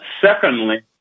Secondly